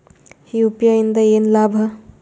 UPI ಇಂದ ಏನ್ ಲಾಭ?